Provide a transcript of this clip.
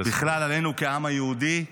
בכלל עלינו כעם היהודי.